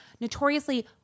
notoriously